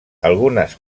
algunes